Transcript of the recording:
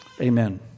Amen